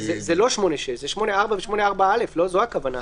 זה לא 8(6), זה 8(4), ו-8(4א), זו הכוונה.